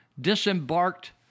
disembarked